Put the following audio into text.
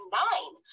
nine